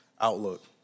outlook